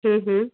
हम्म हम्म